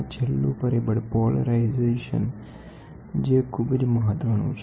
અને છેલ્લુ પરિબળ પોલેરાઇઝેસન જે ખૂબ જ મહત્વનું છે